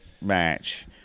match